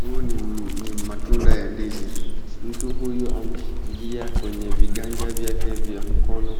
Huu ni matunda ya ndizi, mtu huyu ameshikilia kwenye viganja vyake vya mkono